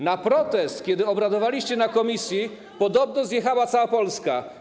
Na protest, kiedy obradowaliście w komisji, podobno zjechała cała Polska.